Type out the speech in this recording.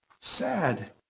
Sad